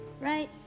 right